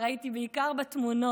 ראיתי אותה בעיקר בתמונות.